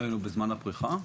אנחנו היינו בזמן הפריחה?